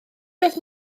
beth